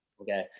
Okay